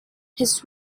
his